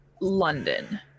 London